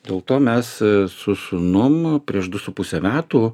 dėl to mes su sūnum prieš du su puse metų